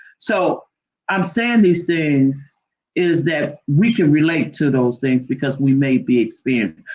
so i'm saying these things is that we can relate to those things because we may be experienced,